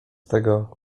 tego